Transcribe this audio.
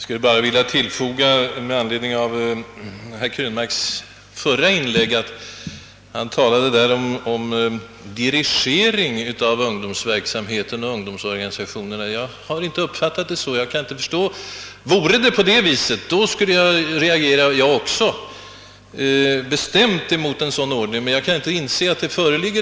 Herr talman! Herr Krönmark talade i sitt förra inlägg om dirigering av ungdomsverksamheten och ungdomsorganisationerna från statens ungdomsråd. Jag har inte uppfattat att det förekommer någon sådan dirigering. Om så skulle vara fallet, skulle även jag reagera bestämt däremot.